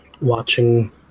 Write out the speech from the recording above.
watching